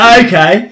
okay